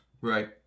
Right